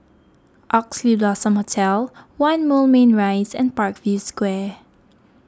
Oxley Blossom Hotel one Moulmein Rise and Parkview Square